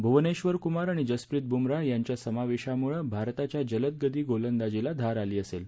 भ्वनेश्वर क्मार आणि जसप्रीत ब्मरा यांच्या समावेशाम्ळ भारताच्या जलदगती गोलंदाजीला धार आली असेल